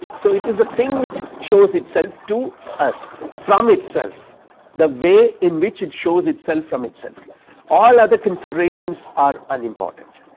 so it is the thing which shows itself to us from itself the way in which it shows itself from itself all other considerations are unimportant.